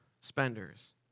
spenders